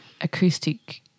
Acoustic